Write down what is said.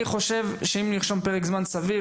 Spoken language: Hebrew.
אני חושב שאם נרשום פרק זמן סביר,